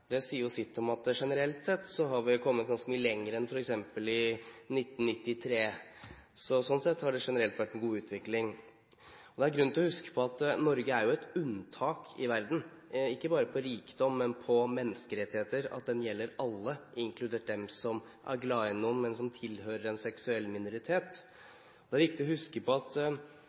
Det sier jo sitt om at vi generelt sett har kommet ganske mye lenger enn f.eks. i 1993. Så slik sett har det generelt vært en god utvikling. Det er grunn til å huske på at Norge er et unntak i verden, ikke bare når det gjelder rikdom, men også når det gjelder menneskerettigheter – at de gjelder alle, inkludert dem som er glad i noen, men som tilhører en seksuell minoritet. Det er viktig å huske på at